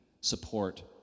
support